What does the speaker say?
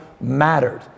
mattered